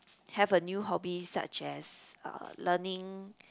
have a new hobby such as uh learning